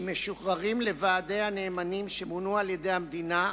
שמשוחררים לוועדי הנאמנים שמונו על-ידי המדינה,